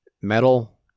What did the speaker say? metal